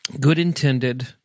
good-intended